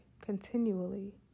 continually